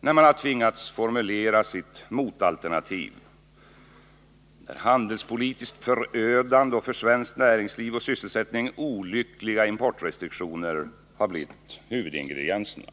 när de tvingats formulera sitt motalternativ, där handelspolitiskt förödande och för svenskt näringsliv och sysselsättning olyckliga importrestriktioner blivit huvudingredienserna.